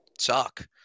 Suck